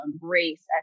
race